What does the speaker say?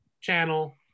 channel